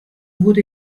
wurde